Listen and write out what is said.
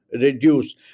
reduce